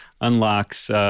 unlocks